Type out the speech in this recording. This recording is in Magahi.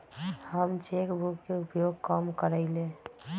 हम चेक बुक के उपयोग कम करइले